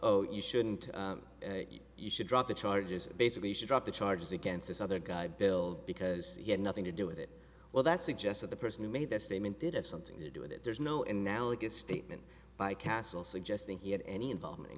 oh you shouldn't you should drop the charges basically should drop the charges against this other guy bill because he had nothing to do with it well that suggests that the person who made the statement did have something to do with it there's no end now of his statement by castle suggesting he had any involvement in